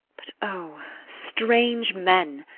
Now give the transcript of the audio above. but, o strange men!